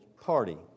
party